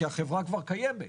כי החברה כבר קיימת,